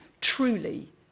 Truly